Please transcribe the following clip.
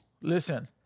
Listen